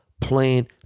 playing